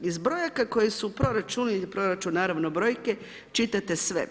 Iz brojaka koji su u proračunu jer je proračun naravno brojke, čitate sve.